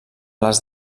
les